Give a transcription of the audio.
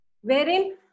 wherein